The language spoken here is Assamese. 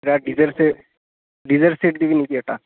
ডিনাৰ ছেট দিবি নেকি এটা